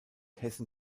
hessen